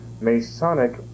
Masonic